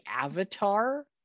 avatar